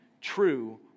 true